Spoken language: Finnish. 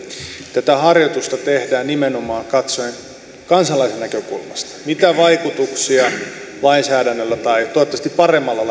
tätä harjoitusta tehdään nimenomaan katsoen kansalaisen näkökulmasta mitä vaikutuksia lainsäädännöllä toivottavasti paremmalla